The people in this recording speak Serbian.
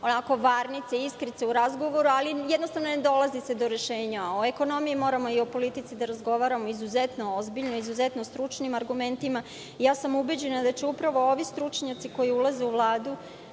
onako varnice, iskrice u razgovoru, ali jednostavno ne dolazi se do rešenja, a o ekonomiji i o politici moramo da razgovaramo izuzetno ozbiljno, izuzetno stručnim argumentima. Ubeđena sam da će upravo ovi stručnjaci koji ulaze u Vladu